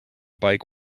bike